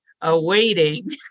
awaiting